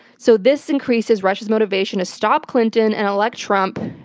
so this increases russia's motivation to stop clinton and elect trump,